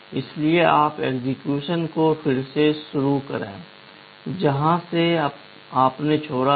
इसलिए आप एक्सेक्यूशन को फिर से शुरू करें जहाँ से आपने छोड़ा था